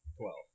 Twelve